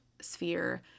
sphere